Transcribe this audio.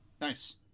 Nice